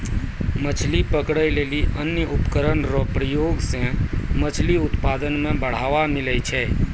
मछली पकड़ै लेली अन्य उपकरण रो प्रयोग से मछली उत्पादन मे बढ़ावा मिलै छै